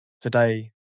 Today